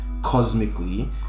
Cosmically